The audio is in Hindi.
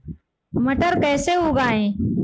मटर कैसे उगाएं?